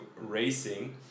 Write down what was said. racing